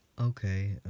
Okay